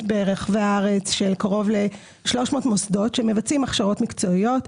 ברחבי הארץ של כ-300 מוסדות שמבצעים הכשרות מקצועיות.